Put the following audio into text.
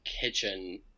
kitchen